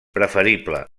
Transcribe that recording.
preferible